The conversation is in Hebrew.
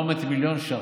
400 מיליון ש"ח,